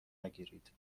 نگیرید